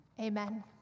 Amen